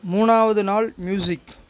மூணாவது நாள் மியூசிக்